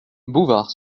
bouvard